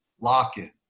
lock-in